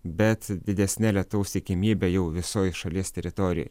bet didesne lietaus tikimybe jau visoj šalies teritorijoj